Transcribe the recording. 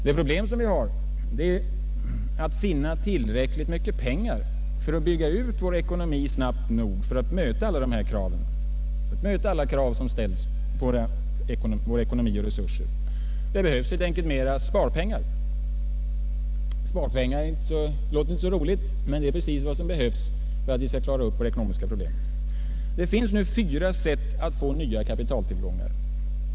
Det problem som vi har är att finna tillräckligt mycket pengar för att bygga ut vår ekonomi snabbt nog för att möta alla krav som ställs på våra resurser. Det behövs helt enkelt mera sparpengar. Sparpengar låter inte så roligt, men det är precis vad som behövs för att klara upp våra ekonomiska problem. Det finns fyra sätt att få nya kapitaltillgångar.